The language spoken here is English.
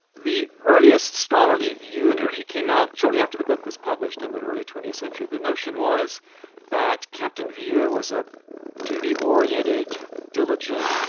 the earliest scholarly view, and it really came out shortly after the book was published in the early twentieth century, the notion was that captain vere was a duty-oriented, diligent,